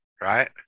right